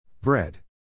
Bread